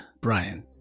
Brian